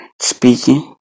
speaking